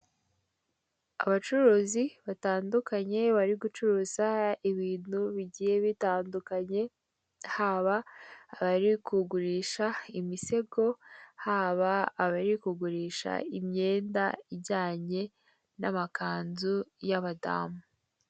Abacuruzi batandukanye bari gucuruza ibintu bigiye bitandukanye, haba abari kugurisha imisego haba abari kugurisha imyenda ijyanye n'amakanzu y'abadamu.